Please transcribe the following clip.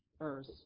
earth